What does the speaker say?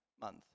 month